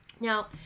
Now